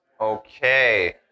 Okay